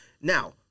Now